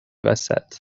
وسط